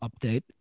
update